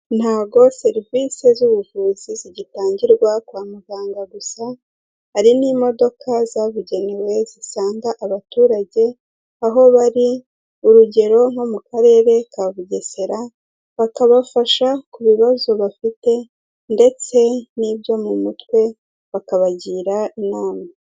Ntabwo serivise z'ubuvuzi zigitangirwa kwa muganga gusa, hari n'imodoka zabugenewe zisanga abaturage aho bari. Urugero nko mu karere ka Bugesera, bakabafasha ku bibazo bafite ndetse n'ibyo mu mutwe bakabagira inama.